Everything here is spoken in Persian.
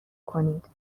کنید